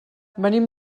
venim